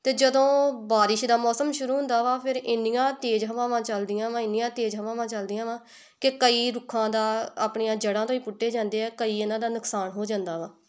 ਅਤੇ ਜਦੋਂ ਬਾਰਿਸ਼ ਦਾ ਮੌਸਮ ਸ਼ੁਰੂ ਹੁੰਦਾ ਵਾ ਫਿਰ ਇੰਨੀਆਂ ਤੇਜ਼ ਹਵਾਵਾਂ ਚੱਲਦੀਆਂ ਵਾ ਇੰਨੀਆਂ ਤੇਜ਼ ਹਵਾਵਾਂ ਚੱਲਦੀਆਂ ਵਾ ਕਿ ਕਈ ਰੁੱਖਾਂ ਦਾ ਆਪਣੀਆਂ ਜੜ੍ਹਾਂ ਤੋਂ ਹੀ ਪੁੱਟੇ ਜਾਂਦੇ ਆ ਕਈ ਇਹਨਾਂ ਦਾ ਨੁਕਸਾਨ ਹੋ ਜਾਂਦਾ ਵਾ